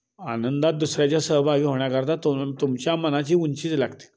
आनंदात दुसऱ्याच्या सहभागी होण्याकरता तो तुमच्या मनाची उंचीच लागते